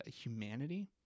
humanity